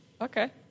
Okay